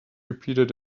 repeated